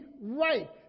right